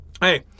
hey